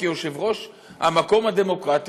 כיושב-ראש המקום הדמוקרטי,